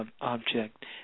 object